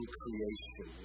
creation